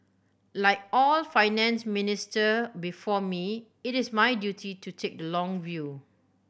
like all Finance Minister before me it is my duty to take the long view